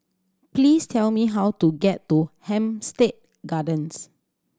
please tell me how to get to Hampstead Gardens